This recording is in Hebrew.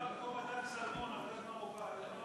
מעולה.